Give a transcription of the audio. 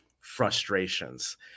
frustrations